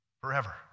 Forever